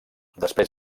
després